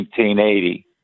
1980